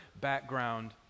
background